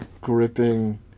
gripping